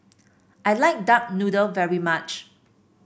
I like Duck Noodle very much